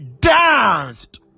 danced